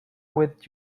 with